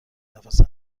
نفس